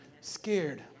scared